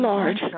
Lord